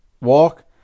walk